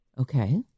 Okay